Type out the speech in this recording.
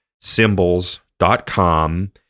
symbols.com